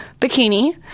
bikini